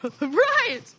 Right